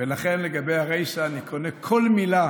ולכן לגבי הרישה אני קונה כל מילה